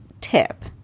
tip